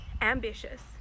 ambitious